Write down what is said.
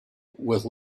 with